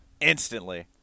instantly